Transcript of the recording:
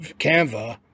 canva